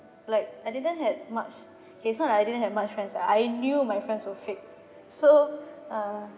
like I didn't had much okay so like I didn't have much friends lah I knew my friends were fake so uh